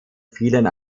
fielen